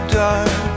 dark